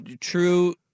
true